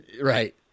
Right